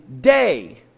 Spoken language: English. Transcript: day